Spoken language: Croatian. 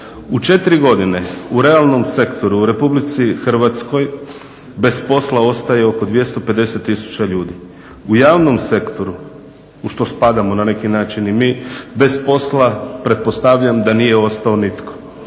U 4 godine u realnom sektoru u RH bez posla ostaje oko 250 tisuća ljudi. U javnom sektoru u što spadamo na neki način i mi bez posla pretpostavljam da nije ostao nitko.